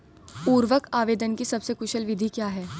उर्वरक आवेदन की सबसे कुशल विधि क्या है?